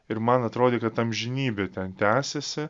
ir man atrodė kad amžinybė ten tęsiasi